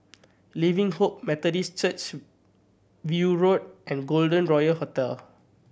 Living Hope Methodist Church View Road and Golden Royal Hotel